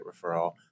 referral